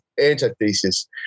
antithesis